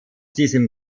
diesem